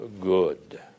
good